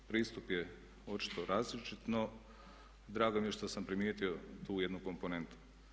Pristup je očito različit, no drago mi je što sam primijetio tu jednu komponentu.